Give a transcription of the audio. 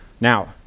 now